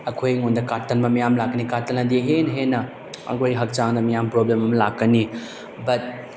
ꯑꯩꯈꯣꯏꯉꯣꯟꯗ ꯀꯥꯇꯟꯕ ꯃꯌꯥꯝ ꯂꯥꯛꯀꯅꯤ ꯀꯥ ꯇꯜꯂꯗꯤ ꯍꯦꯟꯅ ꯍꯦꯟꯅ ꯑꯩꯈꯣꯏ ꯍꯛꯆꯥꯡꯗ ꯃꯌꯥꯝ ꯄ꯭ꯔꯣꯕ꯭ꯂꯦꯝ ꯑꯃ ꯂꯥꯛꯀꯅꯤ ꯕꯠ